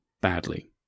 badly